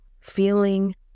Feeling